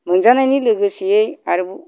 मोनजानायनि लोगोसेयै आरोबाव